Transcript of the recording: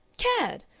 cad.